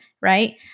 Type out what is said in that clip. right